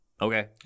Okay